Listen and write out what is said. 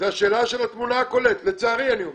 זו השאלה של התמונה הכוללת לצערי.